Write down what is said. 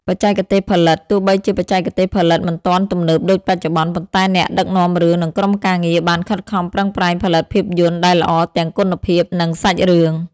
បច្ចេកទេសផលិត ទោះបីជាបច្ចេកទេសផលិតមិនទាន់ទំនើបដូចបច្ចុប្បន្ន ប៉ុន្តែអ្នកដឹកនាំរឿងនិងក្រុមការងារបានខិតខំប្រឹងប្រែងផលិតភាពយន្តដែលល្អទាំងគុណភាពនិងសាច់រឿង។